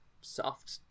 soft